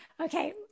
Okay